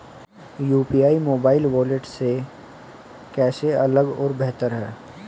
UPI mobile wallet से कैसे अलग और बेहतर है?